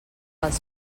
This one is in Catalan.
els